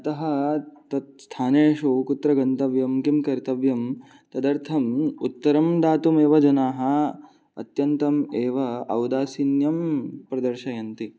अतः तत् स्थानेषु कुत्र गन्तव्यं किं कर्तव्यं तदर्थम् उत्तरं दातुमेव जनाः अत्यन्तम् एव औदासीन्यं प्रदर्शयन्ति